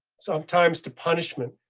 sometimes to punishment,